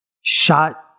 shot